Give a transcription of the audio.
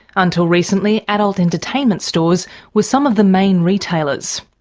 until recently, adult entertainment stores were some of the main retailers.